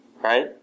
right